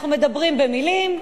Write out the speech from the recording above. אנחנו מדברים במלים,